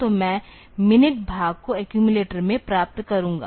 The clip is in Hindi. तो मैं मिनट भाग को एक्यूमिलेटर में प्राप्त करूंगा